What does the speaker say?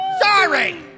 Sorry